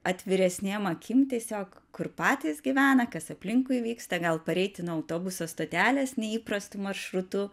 atviresnėm akim tiesiog kur patys gyvena kas aplinkui vyksta gal pareiti nuo autobuso stotelės neįprastu maršrutu